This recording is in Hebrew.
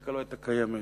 הפוליטיקה לא היתה קיימת,